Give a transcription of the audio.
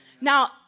Now